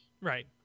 Right